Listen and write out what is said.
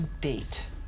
date